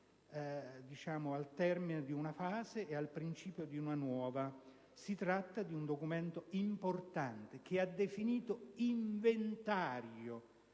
al termine di una fase e al principio di una nuova». Per Tremonti si tratta di un documento importante, che ha definito "inventario